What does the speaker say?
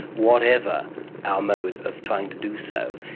whatever our mode of trying to do so.